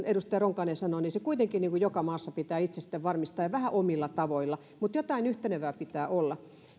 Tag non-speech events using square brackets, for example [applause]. [unintelligible] edustaja ronkainen sanoi se kuitenkin pitää joka maassa itse sitten varmistaa ja vähän omilla tavoilla mutta jotain yhtenevää pitää olla